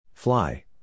Fly